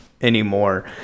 anymore